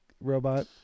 robot